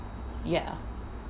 ya